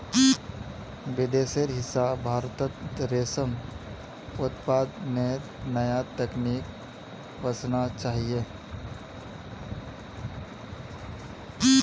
विदेशेर हिस्सा भारतत रेशम उत्पादनेर नया तकनीक वसना चाहिए